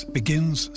begins